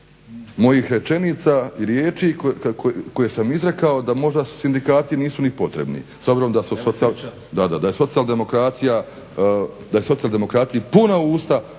mojih rečenica i riječi koje sam izrekao da možda sindikati nisu ni potrebni, s obzirom da je socijaldemokraciji puna usta